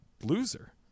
loser